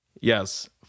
Yes